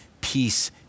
peace